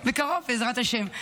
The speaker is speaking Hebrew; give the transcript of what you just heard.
בקרוב, בעזרת השם.